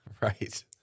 Right